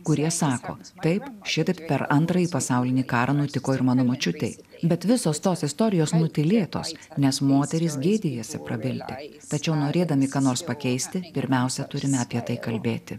kurie sako taip šitaip per antrąjį pasaulinį karą nutiko ir mano močiutei bet visos tos istorijos nutylėtos nes moterys gėdijasi prabilti tačiau norėdami ką nors pakeisti pirmiausia turime apie tai kalbėti